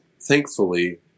thankfully